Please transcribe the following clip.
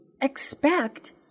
expect